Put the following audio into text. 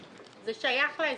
אלא היא שייכת לאזרחים.